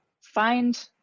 find